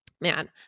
Man